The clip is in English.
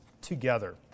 together